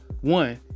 one